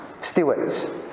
Stewards